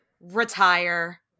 retire